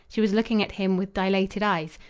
she was looking at him with dilated eyes.